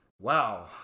wow